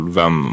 vem